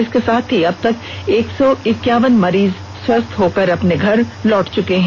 इसके साथ ही अब तक एक सौ एकावन मरीज स्वस्थ होकर अपने घर लौट चूके हैं